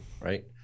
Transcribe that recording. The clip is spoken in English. right